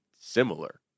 similar